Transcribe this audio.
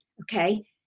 okay